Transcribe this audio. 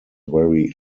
very